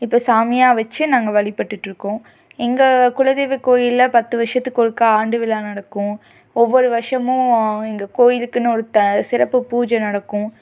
இப்போ சாமியாக வச்சு நாங்கள் வழிபட்டுட்ருக்கோம் எங்கள் குல தெய்வ கோவிலில் பத்து வருஷத்துக்கு ஒருக்கா ஆண்டு விழா நடக்கும் ஒவ்வொரு வருஷமும் எங்கள் கோவிலுக்குன்னு த ஒரு சிறப்பு பூஜை நடக்கும்